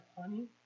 honey